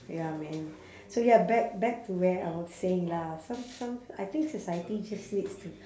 ya man so ya back back to where I was saying lah some some I think society just needs to